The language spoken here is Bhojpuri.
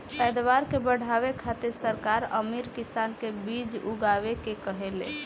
पैदावार के बढ़ावे खातिर सरकार अमीर किसान के बीज उगाए के कहेले